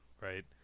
right